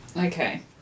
Okay